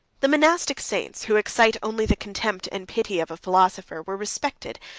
the monastic saints, who excite only the contempt and pity of a philosopher, were respected,